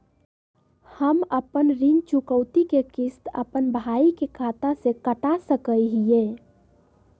हम अपन ऋण चुकौती के किस्त, अपन भाई के खाता से कटा सकई हियई?